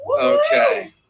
Okay